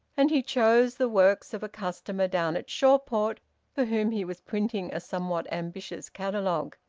and he chose the works of a customer down at shawport for whom he was printing a somewhat ambitious catalogue.